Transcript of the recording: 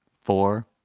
four